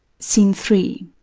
scene three.